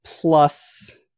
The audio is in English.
Plus